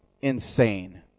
Insane